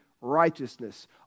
righteousness